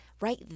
right